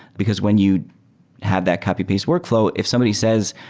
because when you have that copy-paste workflow, if somebody says,